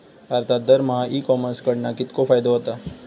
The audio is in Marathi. भारतात दरमहा ई कॉमर्स कडणा कितको फायदो होता?